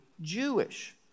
Jewish